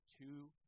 two